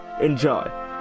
enjoy